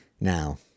now